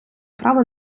право